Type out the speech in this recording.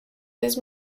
his